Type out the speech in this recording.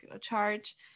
charge